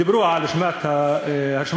דיברו על הרשימה המשותפת,